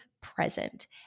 present